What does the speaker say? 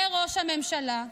זה ראש הממשלה,